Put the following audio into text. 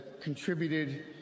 contributed